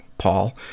Paul